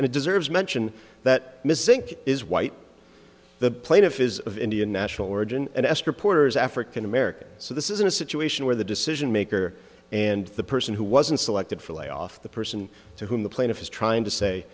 and it deserves mention that missing is white the plaintiff is of indian national origin and ask reporters african american so this isn't a situation where the decision maker and the person who wasn't selected for layoff the person to whom the plaintiff is trying to say